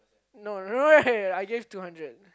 no right I gave two hundred